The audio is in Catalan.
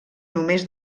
només